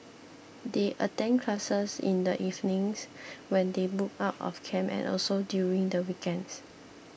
they attend classes in the evenings when they book out of camp and also during the weekends